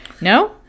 No